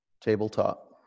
Tabletop